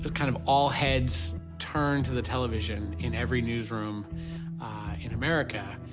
ah kind of all heads turn to the television in every newsroom in america.